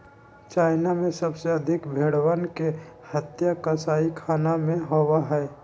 China में सबसे अधिक भेंड़वन के हत्या कसाईखाना में होबा हई